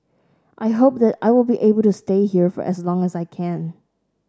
I hope that I will be able to stay here for as long as I can